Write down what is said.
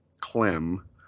Clem